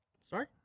Sorry